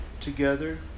together